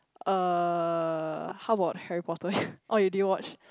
uh how about Harry-Potter oh you didn't watch